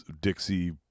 Dixie